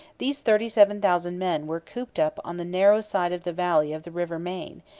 these thirty seven thousand men were cooped up on the narrow side of the valley of the river main,